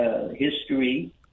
history